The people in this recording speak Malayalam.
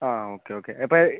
ആ ഓക്കെ ഓക്കെ എപ്പം